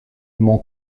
mon